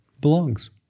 belongs